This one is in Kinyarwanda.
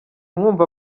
mwumva